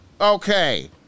Okay